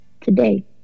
Today